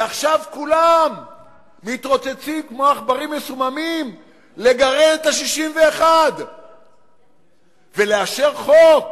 ועכשיו כולם מתרוצצים כמו עכברים מסוממים לגרד את ה-61 ולאשר חוק